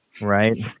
Right